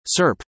SERP